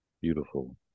beautiful